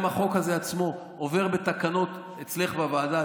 גם החוק הזה עצמו עובר בתקנות אצלך בוועדה.